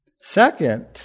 Second